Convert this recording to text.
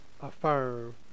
affirm